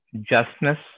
justness